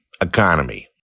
Economy